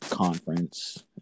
Conference